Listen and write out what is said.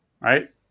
right